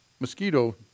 Mosquito